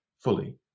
fully